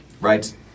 right